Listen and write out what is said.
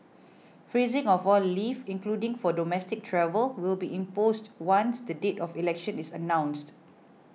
freezing of all leave including for domestic travel will be imposed once the date of the election is announced